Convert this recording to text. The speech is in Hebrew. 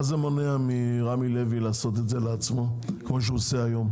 מה זה מונע מ"רמי לוי" לעשות את זה לעצמו כמו שהוא עושה היום?